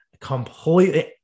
Completely